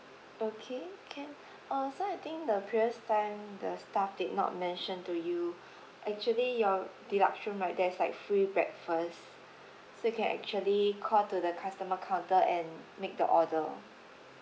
okay can uh so I think the previous time the staff did not mention to you actually your deluxe room right there's like free breakfast so you can actually call to the customer counter and make the order